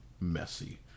messy